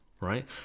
right